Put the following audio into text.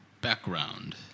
background